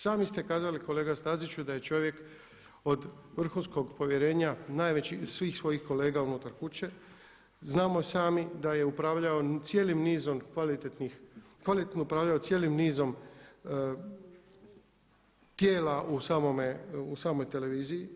Sami ste kazali kolega Staziću da je čovjek od vrhunskog povjerenja najveći od svih svojih kolega unutar kuće, znamo sami da je upravljao cijelim nizom, kvalitetno upravljao cijelim nizom tijela u samoj televiziji.